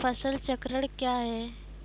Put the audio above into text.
फसल चक्रण कया हैं?